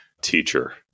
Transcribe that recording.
teacher